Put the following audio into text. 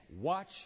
Watch